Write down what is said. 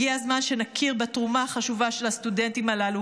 הגיע הזמן שנכיר בתרומה החשובה של הסטודנטים הללו